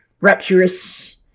rapturous